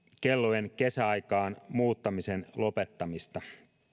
kellojen kesäaikaan muuttamisen lopettamista